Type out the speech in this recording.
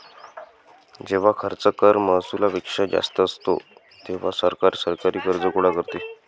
जेव्हा खर्च कर महसुलापेक्षा जास्त असतो, तेव्हा सरकार सरकारी कर्ज गोळा करते